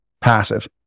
passive